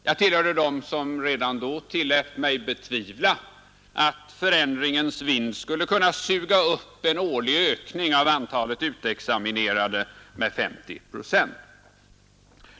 Jag tillhörde dem som redan då tillät mig betvivla att förändringens vind skulle kunna suga upp en årlig ökning av antalet utexaminerade med 50 procent.